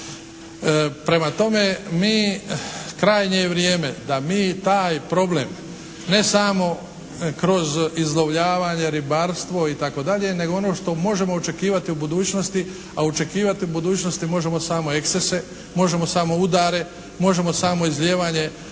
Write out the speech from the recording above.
Prema tome, mi, krajnje je vrijeme da mi taj problem ne samo kroz izlovljavanje, ribarstvo itd., nego ono što možemo očekivati u budućnosti, a očekivati u budućnosti možemo samo ekscese, možemo samo udare, možemo samo izlijevanje